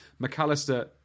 McAllister